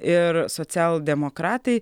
ir socialdemokratai